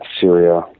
Syria